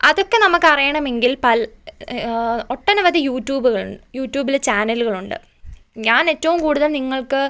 അതൊക്കെ നമുക്ക് അറിയണമെങ്കിൽ ഒട്ടനവധി യൂട്യൂബുകൾ യൂട്യൂബിലെ ചാനലുകളുണ്ട് ഞാനേറ്റവും കൂടുതൽ നിങ്ങൾക്ക്